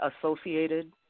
associated